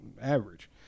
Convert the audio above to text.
average